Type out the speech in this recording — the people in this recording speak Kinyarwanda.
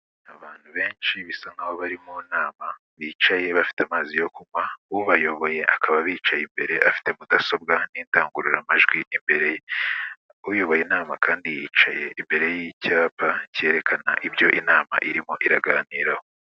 Abantu benshi bisa nk'aho bari mu nama, bicaye bafite amazi yo kunywa, ubayoboye akaba abicaye imbere afite Mudasobwa n'indangururamajwi imbere ye, uyoboye inama kandi yicaye imbere y'icyapa cyerekana ibyo inama irimo iraganiraho.